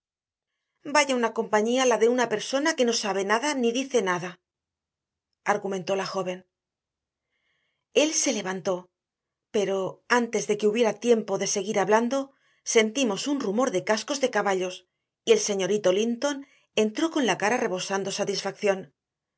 vaya una compañía la de una persona que no sabe nada ni dice nada argumentó la joven él se levantó pero antes de que tuviera tiempo de seguir hablando sentimos un rumor de cascos de caballos y el señorito linton entró con la cara